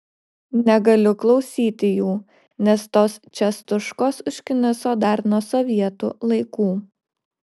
negaliu klausyti jų nes tos čiastuškos užkniso dar nuo sovietų laikų